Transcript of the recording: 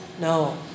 No